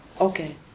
Okay